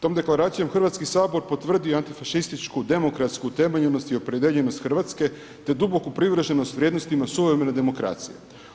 Tom deklaracijom Hrvatski sabor potvrdio je antifašističku demokratsku utemeljenost i opredijeljenost Hrvatske te duboku privrženost vrijednostima suvremene demokracije.